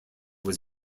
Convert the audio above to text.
was